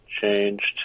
changed